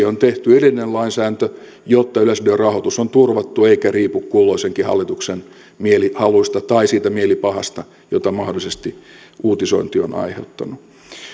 on tehty erillinen lainsäädäntö juuri siksi että yleisradion rahoitus on turvattu eikä riipu kulloisenkin hallituksen mielihaluista tai siitä mielipahasta jota mahdollisesti uutisointi on aiheuttanut